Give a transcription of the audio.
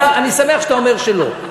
אבל אני שמח שאתה אומר שלא.